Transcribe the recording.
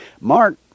Mark